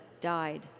died